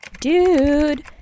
Dude